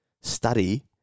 study